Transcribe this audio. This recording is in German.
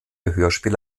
hörspiele